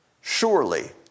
Surely